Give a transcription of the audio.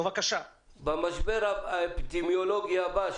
במשבר האפידמיולוגי הבא,